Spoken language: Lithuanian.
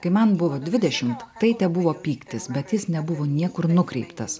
kai man buvo dvidešimt tai tebuvo pyktis bet jis nebuvo niekur nukreiptas